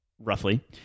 roughly